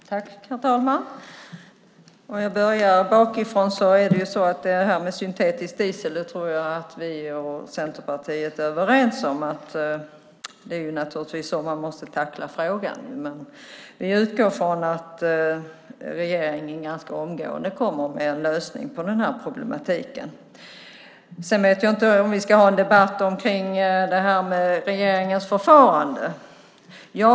Herr talman! Om jag börjar bakifrån så tror jag att när det gäller syntetiskt diesel är vi och Centerpartiet överens om att är det så man måste tackla frågan. Vi utgår från att regeringen ganska omgående kommer med en lösning på detta problem. Jag vet inte om vi ska ha en debatt om regeringens förfarande.